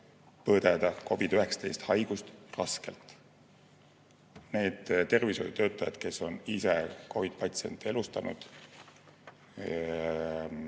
põdeda COVID‑19 haigust raskelt. Need tervishoiutöötajad, kes on ise COVID‑patsiente elustanud,